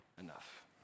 enough